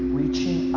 reaching